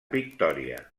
victòria